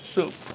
Soup